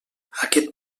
aquest